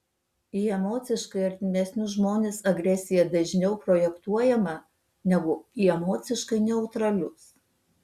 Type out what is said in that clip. į emociškai artimesnius žmones agresija dažniau projektuojama negu į emociškai neutralius